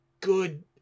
good